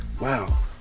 wow